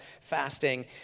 fasting